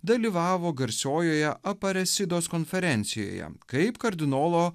dalyvavo garsiojoje aparesidos konferencijoje kaip kardinolo